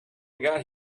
got